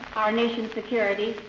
our nation's security?